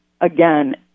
again